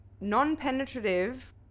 Non-penetrative